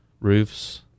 roofs